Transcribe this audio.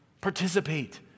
Participate